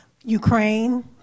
Ukraine